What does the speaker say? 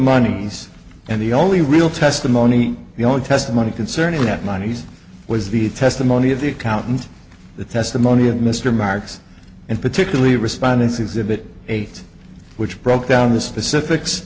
money and the only real testimony the only testimony concerning that monies was the testimony of the accountant the testimony of mr marks and particularly respondents exhibit eight which broke down the specifics